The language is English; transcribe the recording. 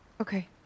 Okay